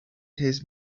his